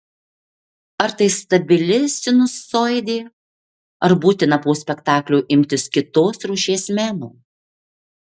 ar tai stabili sinusoidė ar būtina po spektaklio imtis kitos rūšies meno